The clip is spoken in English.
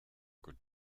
good